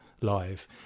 live